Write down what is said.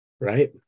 right